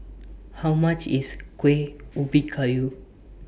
How much IS Kueh Ubi Kayu